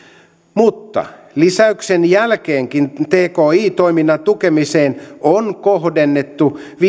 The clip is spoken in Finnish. mutta lisäyksen jälkeenkin tki toiminnan tukemiseen on kohdennettu